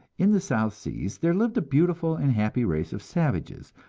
in the south seas, there lived a beautiful and happy race of savages,